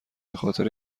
بخاطر